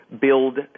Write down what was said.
build